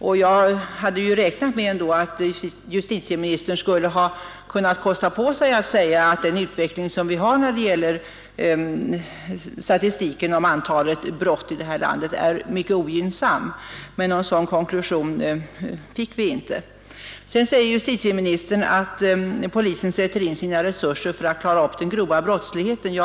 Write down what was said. Jag hade i alla fall räknat med att justitieministern skulle ha kunnat kosta på sig att säga, att den utveckling som vi har när det gäller statistiken över antalet brott här i landet är mycket ogynnsam, men någon sådan konklusion fick vi inte. Sedan säger justitieministern att polisen sätter in sina resurser för att klara upp den grova brottsligheten.